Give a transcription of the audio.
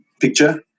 picture